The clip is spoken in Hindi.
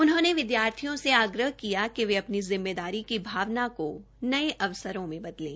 उन्होंने विद्यार्थियों से आग्रह किया कि वे अपनी जिम्मेदारी की भावना को नये अवसरों में बदलें